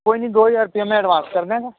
ਕੋਈ ਨੀ ਦੋ ਹਜਾਰ ਰੁਪਇਆ ਮੈਂ ਅਡਵਾਂਸ ਕਰ ਦਿਆਂਗਾ